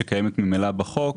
שקיימת ממילא בחוק,